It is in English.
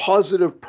Positive